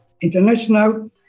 International